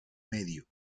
medio